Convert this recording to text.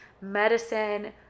medicine